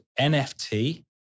NFT